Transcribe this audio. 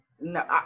no